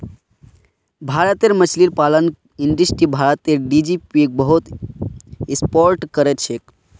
भारतेर मछली पालन इंडस्ट्री भारतेर जीडीपीक बहुत सपोर्ट करछेक